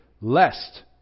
Lest